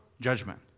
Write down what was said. judgment